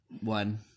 one